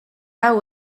hau